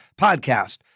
podcast